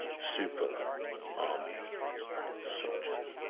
super army soldiers.